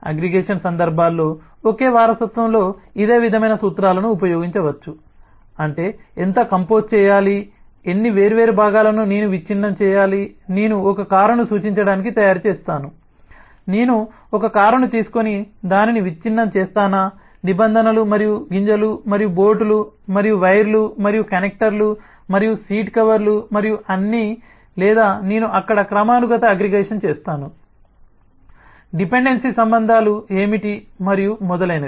aggregation సందర్భాల్లో ఒకే వారసత్వంలో ఇదే విధమైన సూత్రాలను ఉపయోగించవచ్చు అంటే ఎంత కంపోజ్ చేయాలి ఎన్ని వేర్వేరు భాగాలను నేను విచ్ఛిన్నం చేయాలి నేను ఒక కారును సూచించడానికి తయారుచేస్తాను నేను కారును తీసుకొని దానిని విచ్ఛిన్నం చేస్తానా నిబంధనలు మరియు గింజలు మరియు బోల్ట్లు మరియు వైర్లు మరియు కనెక్టర్లు మరియు సీట్ కవర్లు మరియు అన్నీ లేదా నేను అక్కడ క్రమానుగత అగ్రిగేషన్ చేస్తాను డిపెండెన్సీ సంబంధాలు ఏమిటి మరియు మొదలైనవి